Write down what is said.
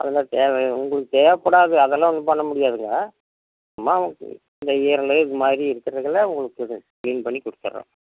அதெல்லாம் தேவை உங்களுக்குத் தேவைப்படாது அதெல்லாம் ஒன்றும் பண்ண முடியாதுங்க சும்மா இந்த ஈரல் இதுமாதிரி இருக்குறதுல உங்களுக்கு கொஞ்சம் க்ளீன் பண்ணிக் கொடுத்துட்றேன்